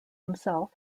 himself